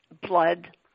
blood